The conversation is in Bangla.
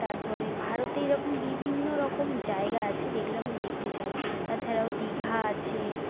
তারপরে ভারতে এরকম বিভিন্ন রকম জায়গা আছে যেগুলো আমি দেখতে চাই তাছাড়াও দীঘা আছে